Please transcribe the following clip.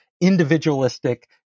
individualistic